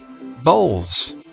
bowls